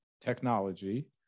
technology